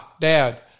Dad